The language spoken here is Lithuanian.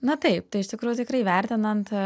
na taip tai iš tikrųjų tikrai vertinant